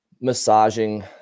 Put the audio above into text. massaging